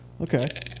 Okay